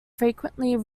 frequently